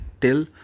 till